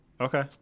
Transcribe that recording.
Okay